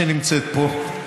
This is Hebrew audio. שנמצאת פה,